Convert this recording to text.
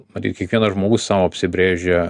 matyt kiekvienas žmogus sau apsibrėžia